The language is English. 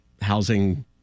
housing